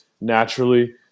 naturally